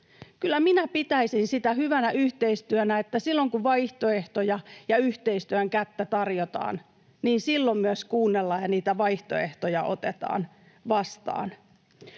minä pitäisin sitä hyvänä yhteistyönä, että silloin, kun vaihtoehtoja ja yhteistyön kättä tarjotaan, myös kuunnellaan ja niitä vaihtoehtoja otetaan vastaan.